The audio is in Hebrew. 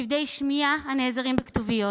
כבדי שמיעה נעזרים בכתוביות,